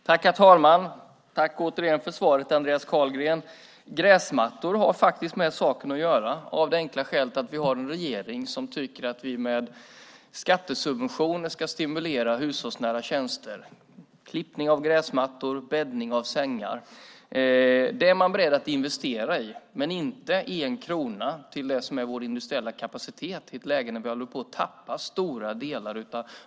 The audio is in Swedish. Herr talman! Tack återigen för svaret, Andreas Carlgren! Gräsmattor har faktiskt med saken att göra av det enkla skälet att vi har en regering som tycker att vi genom skattesubventioner ska stimulera hushållsnära tjänster - klippning av gräsmattor och bäddning av sängar. Det är man beredd att investera i men inte en krona i det som är vår industriella kapacitet, i ett läge när vi håller på att tappa stora delar av den.